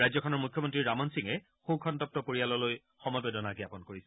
ৰাজ্যখনৰ মুখ্যমন্ত্ৰী ৰামন সিঙে শোকসন্তগ্ত পৰিয়াললৈ সমবেদনা জ্ঞাপন কৰিছে